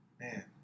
Man